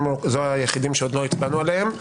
הם היחידים שעוד לא הצבענו עליהם.